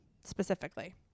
specifically